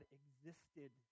existed